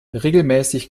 regelmäßig